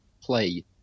play